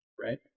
right